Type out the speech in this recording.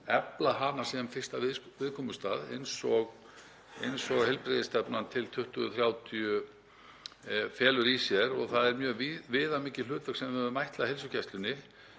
heilsugæsluna sem fyrsta viðkomustað eins og heilbrigðisstefnan til 2030 felur í sér. Það er mjög viðamikið hlutverk sem við höfum ætlað heilsugæslunni.